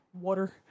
Water